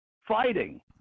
Fighting